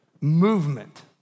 Movement